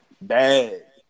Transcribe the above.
bad